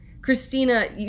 Christina